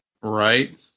Right